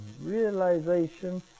realization